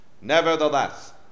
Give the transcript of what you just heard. Nevertheless